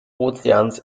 ozeans